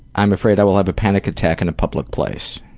i'm afraid i will have a panic attack in a public place.